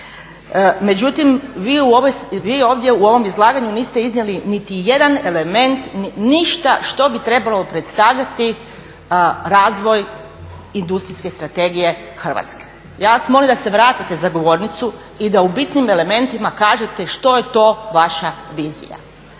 Međutim, vi ovdje u ovom izlaganju niste iznijeli nitijedan element ništa što bi trebalo predstavljati razvoj Industrijske strategije Hrvatske. Ja vas molim da se vratite za govornicu i da u bitnim elementima kažete što je to vaša vizija.